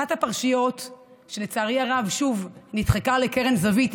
אחת הפרשיות שלצערי הרב שוב נדחקה לקרן זווית,